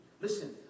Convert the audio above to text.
Listen